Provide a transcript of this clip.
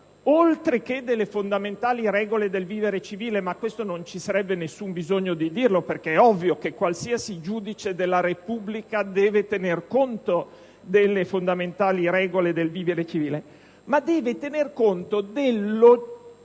oltre che «delle fondamentali regole del vivere civile» (ma questo non ci sarebbe nessun bisogno di dirlo, perché ovviamente qualunque giudice della Repubblica deve sempre tener conto delle fondamentali regole del vivere civile), anche dell'"interesse oggettivo"